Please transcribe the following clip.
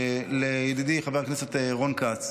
לידידי חבר הכנסת רון כץ.